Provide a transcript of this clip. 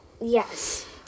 Yes